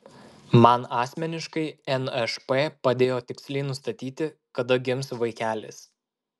man asmeniškai nšp padėjo tiksliai nustatyti kada gims vaikelis